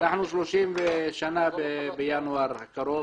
אנחנו 30 שנה בינואר הקרוב.